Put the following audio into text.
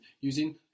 using